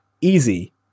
easy